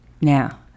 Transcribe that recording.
Now